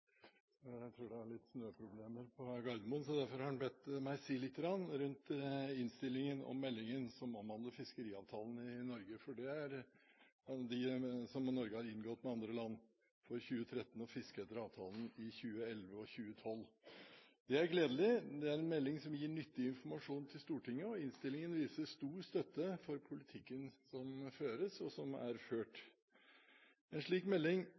jeg tror det er snøproblemer på Gardermoen. Derfor har han bedt meg si litt om innstillingen og om meldingen, som omhandler fiskeriavtalene Norge har inngått med andre land for 2013, og fisket etter avtalene i 2011 og 2012. Dette er gledelig. Det er en melding som gir Stortinget nyttig informasjon. Innstillingen viser stor støtte for politikken som føres, og som er blitt ført. En slik melding